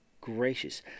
gracious